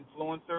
influencer